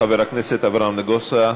חבר הכנסת אברהם נגוסה,